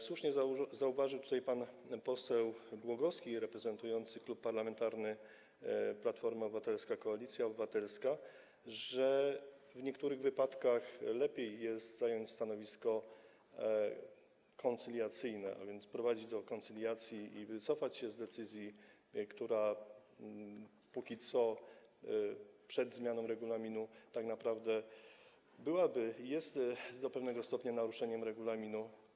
Słusznie zauważył tutaj pan poseł Głogowski, reprezentujący Klub Parlamentarny Platforma Obywatelska - Koalicja Obywatelska, że w niektórych wypadkach lepiej jest zająć stanowisko koncyliacyjne, a więc prowadzić do koncyliacji i wycofać się z decyzji, co przed zmianą regulaminu tak naprawdę byłoby, jest do pewnego stopnia naruszeniem regulaminu.